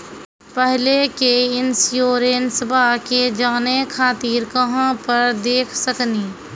पहले के इंश्योरेंसबा के जाने खातिर कहां पर देख सकनी?